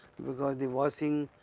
because the washing,